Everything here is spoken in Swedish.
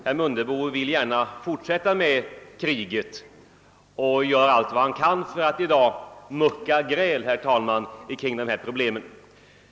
Herr Mundebo vill gärna fortsätta kriget och gör allt vad han kan i dag för att mucka gräl kring dessa problem.